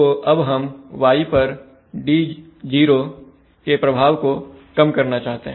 तो अब हम y पर d0 के प्रभाव को कम करना चाहते हैं